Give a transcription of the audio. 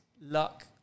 luck